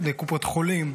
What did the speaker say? לקופות חולים,